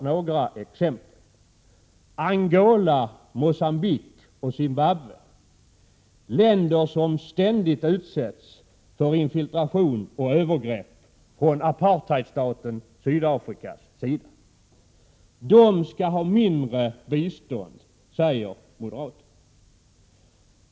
Några exempel är Angola, Mogambique och Zimbabwe, länder som ständigt utsätts för infiltration och övergrepp från apartheidstaten Sydafrikas sida. Dessa länder skall ha mindre bistånd, säger moderaterna.